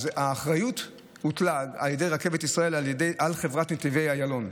האחריות הוטלה על ידי רכבת ישראל על חברת נתיבי איילון,